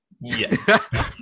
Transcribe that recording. yes